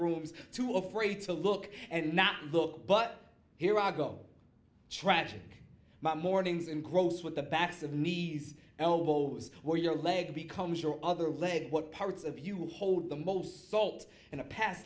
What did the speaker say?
rooms too afraid to look and not look but here i go tragic mornings and gross with the backs of knees elbows where your leg becomes your other leg what parts of you hold the most salt in a past